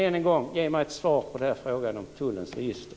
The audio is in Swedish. Än en gång: Ge mig ett svar på frågan om tullens register!